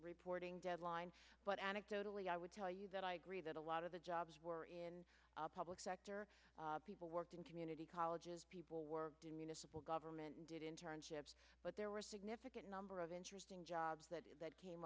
reporting deadline but anecdotally i would tell you that i agree that a lot of the jobs were in public sector people worked in community colleges people worked in municipal government did internships but there were a significant number of interesting jobs that